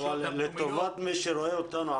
לטובת אלה שצופים בנו,